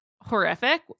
horrific